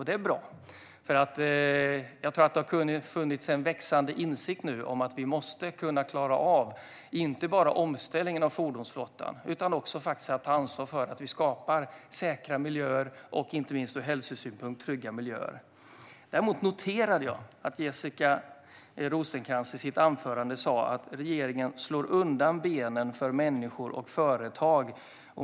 Det är bra att Moderaterna tycker så, för jag tror att det har funnits en växande insikt om att vi måste kunna klara av inte bara att ställa om fordonsflottan utan också att ta ansvar för att vi skapar säkra och inte minst ur hälsosynpunkt trygga miljöer. Jag noterade dock att Jessica Rosencrantz i sitt huvudanförande sa att regeringen "slår undan benen för människor och företag".